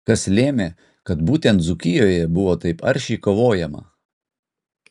kas lėmė kad būtent dzūkijoje buvo taip aršiai kovojama